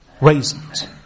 Raisins